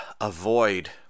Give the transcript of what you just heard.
avoid